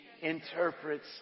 interprets